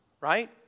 Right